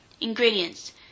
Ingredients